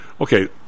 Okay